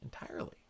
entirely